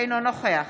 אינו נוכח